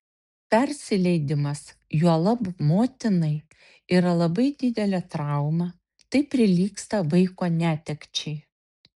persileidimas juolab motinai yra labai didelė trauma tai prilygsta vaiko netekčiai